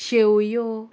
शेवयो